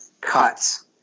cuts